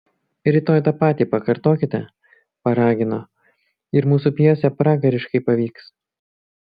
rytoj tą patį pakartokite paragino ir mūsų pjesė pragariškai pavyks